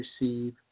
receive